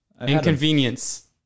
Inconvenience